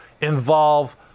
involve